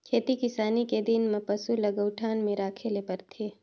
खेती किसानी के दिन में पसू ल गऊठान में राखे ले परथे